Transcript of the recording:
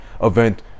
event